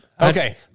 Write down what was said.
Okay